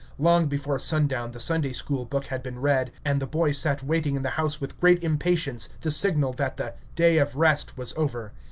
long before sundown the sunday-school book had been read, and the boy sat waiting in the house with great impatience the signal that the day of rest was over.